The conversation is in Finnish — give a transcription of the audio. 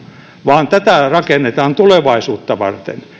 vaan tätä rakennetaan tulevaisuutta varten